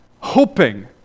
hoping